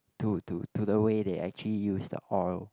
to to to the way they actually use the oil